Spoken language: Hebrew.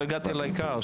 עוד לא הגעתי לעיקר,